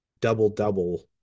double-double